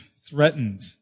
threatened